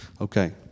Okay